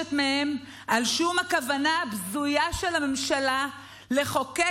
נדרשת מהם על שום הכוונה הבזויה של הממשלה לחוקק